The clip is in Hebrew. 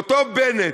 ואותו בנט,